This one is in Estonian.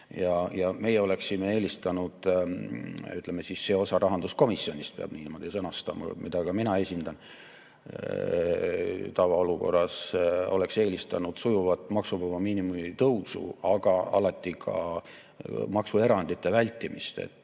Meie oleksime eelistanud või see osa rahanduskomisjonist – peab niimoodi sõnastama –, mida ka mina esindan tavaolukorras, oleks eelistanud sujuvat maksuvaba miinimumi tõusu, aga alati ka maksuerandite vältimist.